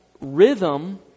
rhythm